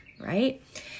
right